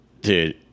dude